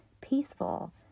peaceful